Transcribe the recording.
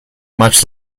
much